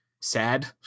sad